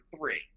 three